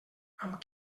amb